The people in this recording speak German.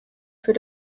für